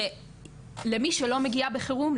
שלמי שלא מגיעה בחירום,